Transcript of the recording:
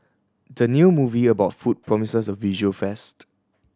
the new movie about food promises a visual feast